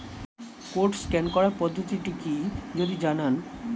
Code scan করার পদ্ধতিটি কি যদি জানান?